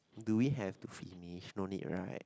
do we have to finish no need right